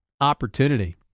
opportunity